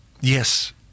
Yes